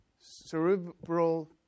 cerebral